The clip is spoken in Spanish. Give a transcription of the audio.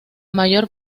mayor